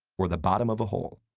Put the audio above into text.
or the bottom of a hole.